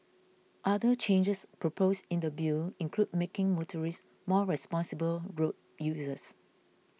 other changes proposed in the Bill include making motorists more responsible road users